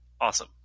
awesome